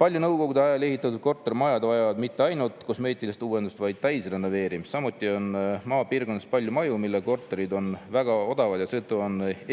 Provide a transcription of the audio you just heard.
Paljud Nõukogude ajal ehitatud kortermajad vajavad mitte ainult kosmeetilist uuendust, vaid täisrenoveerimist. Samuti on maapiirkondades palju maju, mille korterid on väga odavad ja seetõttu